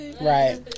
Right